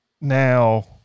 now